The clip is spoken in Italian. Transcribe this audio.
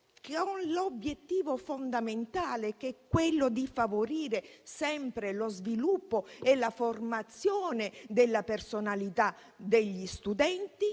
che ha l'obiettivo fondamentale di favorire sempre lo sviluppo e la formazione della personalità degli studenti